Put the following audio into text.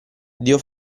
dio